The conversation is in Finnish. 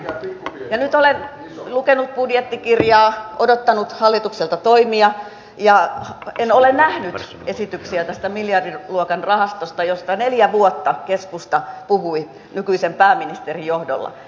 ja nyt olen lukenut budjettikirjaa odottanut hallitukselta toimia ja en ole nähnyt esityksiä tästä miljardiluokan rahastosta josta neljä vuotta keskusta puhui nykyisen pääministerin johdolla